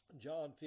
John